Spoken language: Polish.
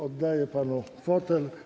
Oddaję panu fotel.